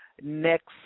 next